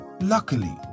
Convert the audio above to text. Luckily